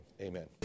Amen